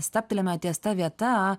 stabtelime ties ta vieta